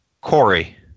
Corey